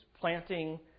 planting